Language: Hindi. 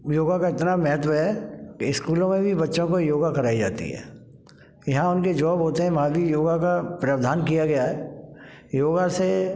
योगा का इतना महत्व है स्कूलों में भी बच्चों को योगा कराई जाती है यहाँ उनके जो होते हैं वहाँ भी योगा का प्रवधान किया गया है योगा से